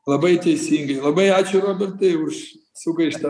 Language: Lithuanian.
labai teisingai labai ačiū robertai už sugaištą